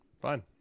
Fine